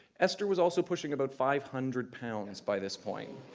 esther was also pushing about five hundred pounds by this point.